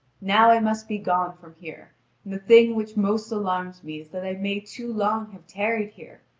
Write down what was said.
now i must be gone from here, and the thing which most alarms me is that i may too long have tarried here,